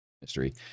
mystery